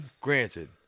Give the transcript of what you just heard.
Granted